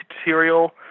material